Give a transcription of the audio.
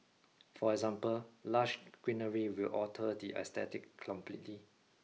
for example lush greenery will alter the aesthetic completely